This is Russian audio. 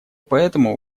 поэтому